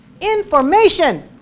information